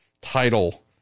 title